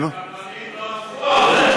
הכלכלנים לא הלכו על זה.